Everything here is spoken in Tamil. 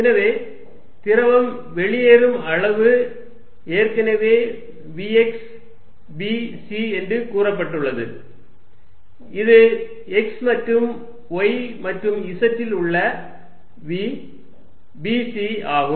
எனவே திரவம் வெளியேறும் அளவு ஏற்கனவே vx b c என்று கூறப்பட்டுள்ளது இது x மற்றும் y மற்றும் z இல் உள்ள v b c ஆகும்